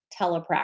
telepractice